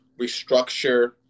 restructure